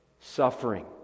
suffering